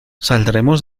saldremos